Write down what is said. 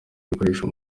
ibikoresho